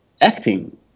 acting